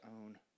own